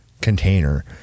container